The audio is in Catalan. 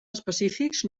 específics